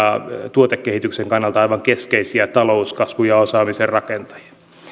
tuotekehityksen kannalta aivan keskeisiä talouskasvun ja osaamisen rakentajia